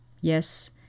Yes